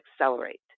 accelerate